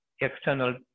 external